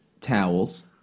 towels